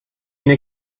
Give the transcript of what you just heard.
une